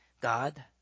God